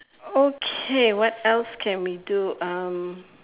okay what else can we do um